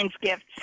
gifts